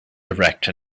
erect